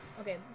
Okay